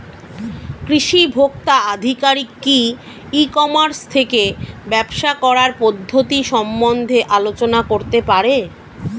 কৃষি ভোক্তা আধিকারিক কি ই কর্মাস থেকে ব্যবসা করার পদ্ধতি সম্বন্ধে আলোচনা করতে পারে?